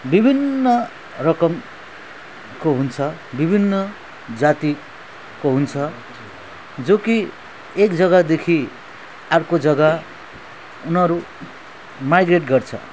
विभिन्न रकमको हुन्छ विभिन्न जातिको हुन्छ जो कि एक जगादेखि अर्को जगा उनीहरू माइग्रेट गर्छ